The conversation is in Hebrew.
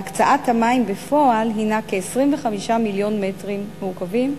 והקצאת המים בפועל הינה כ-25 מיליון מטרים מעוקבים,